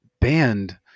band